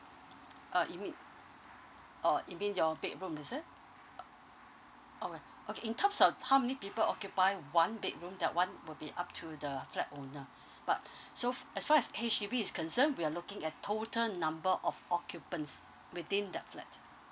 uh you mean or it mean your bedroom is it uh alright okay in terms of how many people occupy one bedroom that one will be up to the flat owner but so as far as H_D_B is concerned we are looking at total number of occupants within that flat